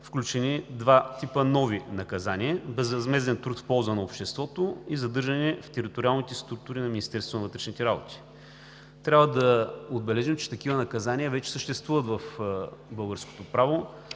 включени два типа нови наказания – „безвъзмезден труд в полза на обществото“ и „задържане в териториалните структури на Министерството на вътрешните работи“. Трябва да отбележим, че такива наказания вече съществуват в българското право